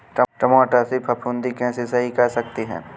टमाटर से फफूंदी कैसे सही कर सकते हैं?